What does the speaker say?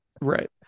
Right